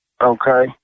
Okay